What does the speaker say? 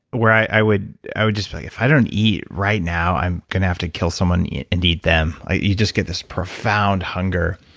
where i would i would just be like, if i don't eat right now, i'm going to have to kill someone and eat them. you just get this profound hunger.